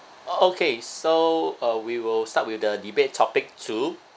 okay so uh we will start with the debate topic two